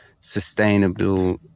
sustainable